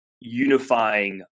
unifying